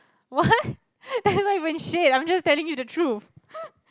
what that's not even shade I'm just telling you the truth